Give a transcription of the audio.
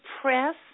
press